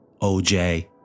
OJ